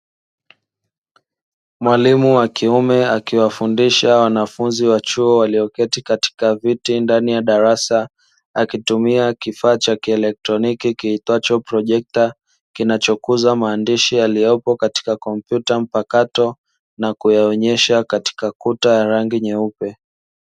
Mwalimu wa kiume akiwafundisha wanafunzi wa chuo walioketi katika viti ndani ya darasa, akitumia kifaa cha kielektroniki kiitwacho projekta, kinachokuza maandishi yaliyopo katika tarakirishi mpakato na kuyaonyesha katika kuta ya rangi nyeupe.